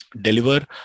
deliver